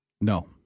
No